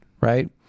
right